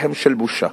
לחם של בושה.